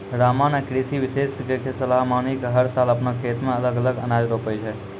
रामा नॅ कृषि विशेषज्ञ के सलाह मानी कॅ हर साल आपनों खेतो मॅ अलग अलग अनाज रोपै छै